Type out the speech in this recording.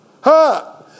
ha